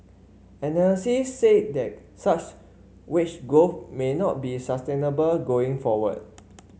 analysis said that such wage growth may not be sustainable going forward